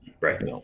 Right